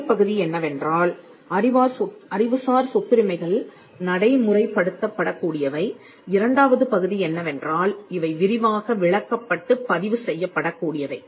முதல் பகுதி என்னவென்றால் அறிவுசார் சொத்துரிமைகள் நடைமுறைப்படுத்தப்படக் கூடியவை இரண்டாவது பகுதி என்னவென்றால் இவை விரிவாக விளக்கப்பட்டு பதிவு செய்யப்படக் கூடியவை